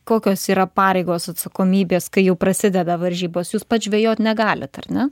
kokios yra pareigos atsakomybės kai jau prasideda varžybos jūs pats žvejot negalit ar ne